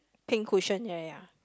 pink cushion ya ya ya